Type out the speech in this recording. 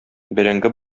бәрәңге